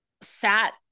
sat